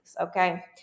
okay